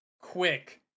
quick